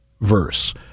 verse